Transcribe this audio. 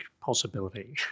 possibility